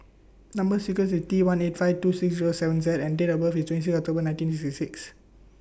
Number sequence IS T one eight five two six Zero seven Z and Date of birth IS twenty six October nineteen sixty six